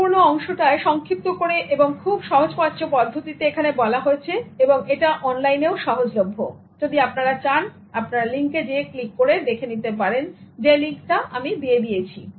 সম্পূর্ণ অংশটায় সংক্ষিপ্ত করে এবং খুব সহজপাচ্য পদ্ধতিতে এখানে বলা হয়েছে এবং এটা অনলাইনেও সহজলভ্য যদি আপনরা চান আপনি লিংকে যেয়ে ক্লিক করে দেখে নিতে পারেন যে লিংকটা আমি দিয়ে দিয়েছি